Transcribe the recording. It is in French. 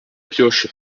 pioche